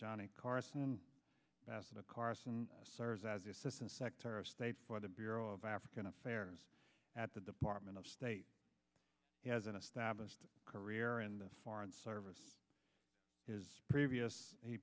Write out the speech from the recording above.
johnny carson passed a carson serves as assistant secretary of state for the bureau of african affairs at the department of state has an established career in the foreign service is previous he